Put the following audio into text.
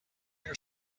your